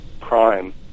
crime